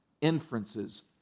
inferences